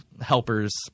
helpers